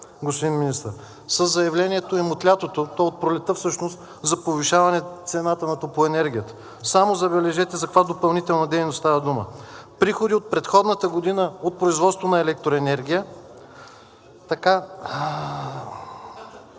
господин Министър, са заявлението им от лятото, от пролетта всъщност, за повишаване цената на топлоенергията. Само забележете за каква допълнителна дейност става дума. Приходи от предходната година от производство на електроенергия 17 млн.